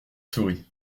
sourit